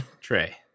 tray